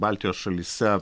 baltijos šalyse